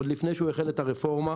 עוד לפני שהוא החל את הרפורמה,